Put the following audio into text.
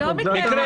לא מקרה אחד.